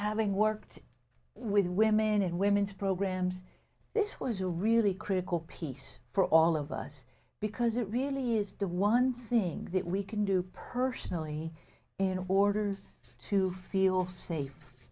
having worked with women and women's programs this was a really critical piece for all of us because it really is the one thing that we can do personally in a borders to feel safe